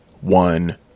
One